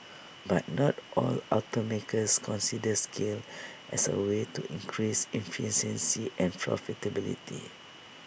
but not all automakers consider scale as A way to increased efficiency and profitability